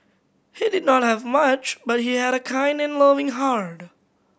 he did not have much but he had a kind and loving heart